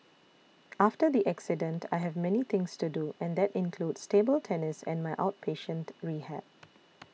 after the accident I have many things to do and that includes table tennis and my outpatient rehab